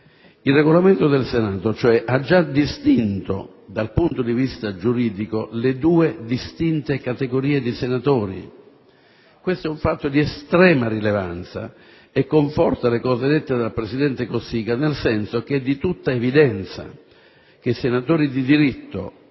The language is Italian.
Il Regolamento del Senato, in sostanza, ha già distinto dal punto di vista giuridico le due differenti categorie di senatori. Questo fatto di estrema rilevanza conforta le cose dette dal senatore Cossiga nel senso che è di tutta evidenza che i senatori di diritto